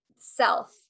self